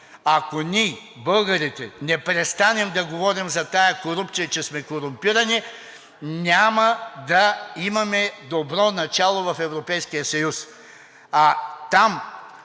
ако ние българите не престанем да говорим за тази корупция, че сме корумпирани, няма да имаме добро начало в Европейския съюз.